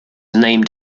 named